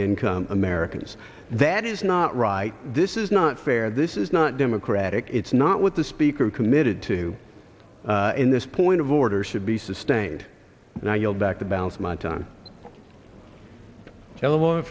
income americans that is not right this is not fair this is not democratic it's not what the speaker committed to in this point of order should be sustained now you'll back about one time hello